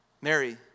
Mary